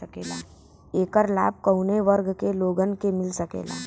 ऐकर लाभ काउने वर्ग के लोगन के मिल सकेला?